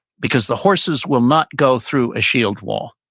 because the horses will not go through a shield wall.